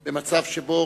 וביפו.